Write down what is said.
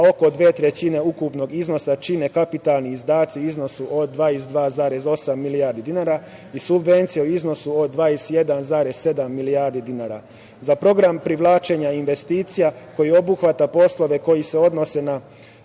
a oko dve trećine ukupnog iznosa čine kapitalni izdaci u iznosu od 22,8 milijarde dinara i subvencije u iznosu od 21,7 milijardi dinara.Za program privlačenja investicija koji obuhvata poslove koji se odnose na